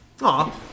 Aw